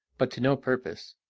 but to no purpose,